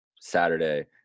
Saturday